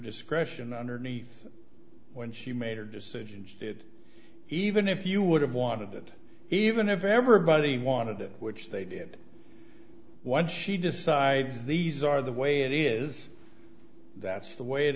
discretion underneath when she made her decisions even if you would have wanted it even if everybody wanted it which they did what she decides these are the way it is that's the way it